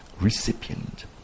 recipient